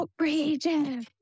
outrageous